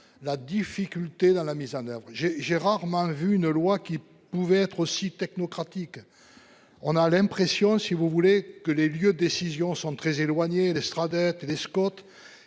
La difficulté dans la mise en oeuvre. J'ai, j'ai rarement vu une loi qui pouvait être aussi technocratique. On a l'impression si vous voulez que les lieux décisions sont très éloignées d'estrade. Scott.